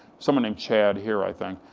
someone named chad here, i think.